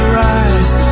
rise